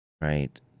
right